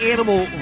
Animal